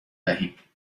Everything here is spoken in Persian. دهیم